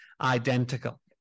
identical